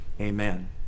amen